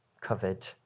covered